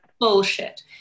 Bullshit